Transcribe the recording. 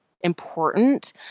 important